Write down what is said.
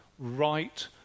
right